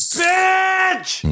bitch